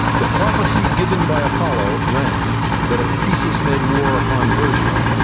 the prophecy given by apollo ran that if croesus made war upon persia,